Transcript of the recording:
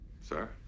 Sir